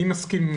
אני מסכים.